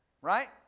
Right